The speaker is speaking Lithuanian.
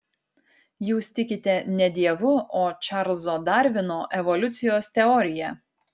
jūs tikite ne dievu o čarlzo darvino evoliucijos teorija